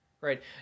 right